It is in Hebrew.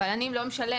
אבל אני לא משלם.